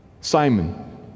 Simon